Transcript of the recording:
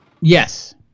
Yes